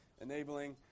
enabling